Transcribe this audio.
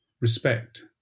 respect